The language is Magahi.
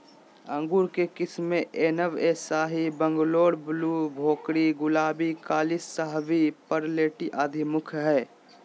अंगूर के किस्म मे अनब ए शाही, बंगलोर ब्लू, भोकरी, गुलाबी, काली शाहवी, परलेटी आदि मुख्य हई